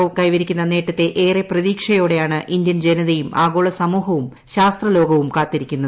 O കൈവരിക്കുന്ന നേട്ടത്തെ ഏറെ പ്രതീക്ഷയോടെയാണ് ഇന്ത്യൻ ജനത്യും ആഗോള സമൂഹവും ശാസ്ത്രലോകവും കാത്തിരിക്കുന്നത്